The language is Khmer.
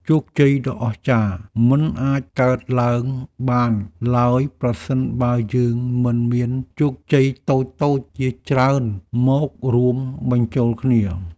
ជោគជ័យដ៏អស្ចារ្យមិនអាចកើតឡើងបានឡើយប្រសិនបើយើងមិនមានជោគជ័យតូចៗជាច្រើនមករួមបញ្ចូលគ្នា។